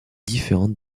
différentes